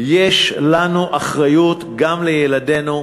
יש לנו אחריות גם לילדינו,